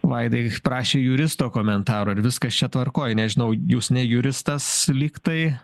vaidai prašė juristo komentaro ar viskas čia tvarkoj nežinau jūs ne juristas lygtai